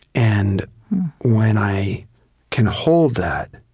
and when i can hold that,